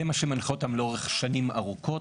זה מה שמנחה אותם לאורך שנים ארוכות,